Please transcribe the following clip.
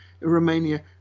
Romania